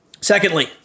Secondly